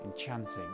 enchanting